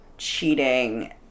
Cheating